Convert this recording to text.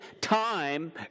time